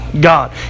God